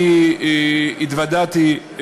אני התוודעתי,